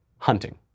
hunting